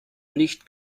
nicht